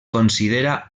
considera